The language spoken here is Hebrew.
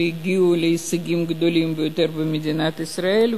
שהגיעו להישגים גדולים ביותר במדינת ישראל,